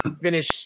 finish